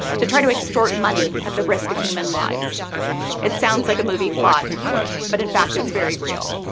to try to extort money at the risk of human lives it sounds like movie plot but in fact it's very real.